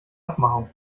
abmachung